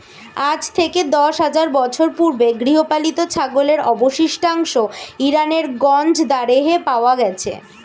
আজ থেকে দশ হাজার বছর পূর্বে গৃহপালিত ছাগলের অবশিষ্টাংশ ইরানের গঞ্জ দারেহে পাওয়া গেছে